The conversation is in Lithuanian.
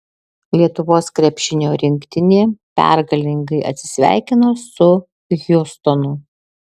lietuvos krepšinio rinktinė pergalingai atsisveikino su hjustonu